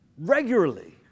regularly